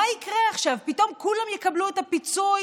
מה יקרה עכשיו פתאום כולם יקבלו את הפיצוי